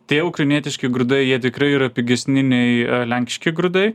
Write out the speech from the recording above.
tie ukrainietiški grūdai jie tikrai yra pigesni nei lenkiški grūdai